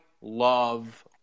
love